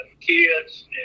kids